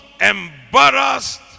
embarrassed